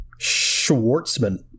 Schwartzman